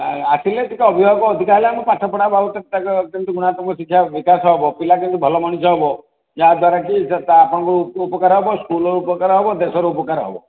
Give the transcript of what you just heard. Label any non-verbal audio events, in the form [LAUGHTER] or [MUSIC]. ଆସିଲେ ଟିକେ ଅଭିଭାବକ ଅଧିକା ହେଲେ ଆମେ ପାଠପଢ଼ା [UNINTELLIGIBLE] କେମିତି କ'ଣ ଆପଣଙ୍କୁ ଶିକ୍ଷା ବିକାଶ ହେବ ପିଲା କେମିତି ଭଲ ମଣିଷ ହେବ ଯାହା ଦ୍ୱାରା କି [UNINTELLIGIBLE] ଆପଣଙ୍କ ଉପକାର ହେବ ସ୍କୁଲ୍ର ଉପକାର ହେବ ଦେଶର ଉପକାର ହେବ